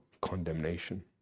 condemnation